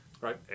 Right